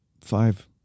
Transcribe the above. five